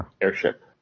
airship